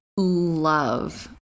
Love